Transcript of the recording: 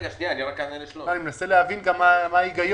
אני מנסה להבין מה ההיגיון.